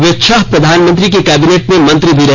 वे छह प्रधानमंत्री की कैबिनेट में मंत्री भी रहे